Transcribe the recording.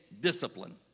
discipline